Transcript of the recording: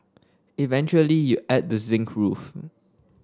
eventually you add the zinc roof